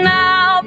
now